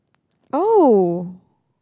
oh